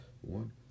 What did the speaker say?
one